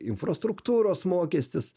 infrastruktūros mokestis